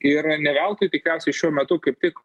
ir ne veltui tikriausiai šiuo metu kaip tik